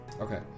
okay